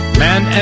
man